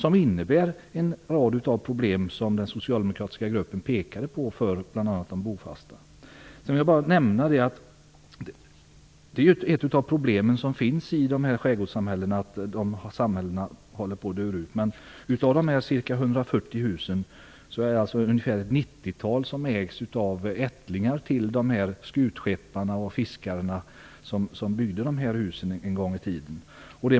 Det innebär en rad problem, som den socialdemokratiska gruppen pekade på, för bl.a. de bofasta. Jag vill nämna att ett av de problem som finns i de här skärgårdssamhällena är att de håller på att dö ut. Av de ca 140 husen är det ungefär 90 som ägs av ättlingar till skutskepparna och fiskarna, som byggde husen en gång i tiden.